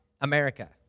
America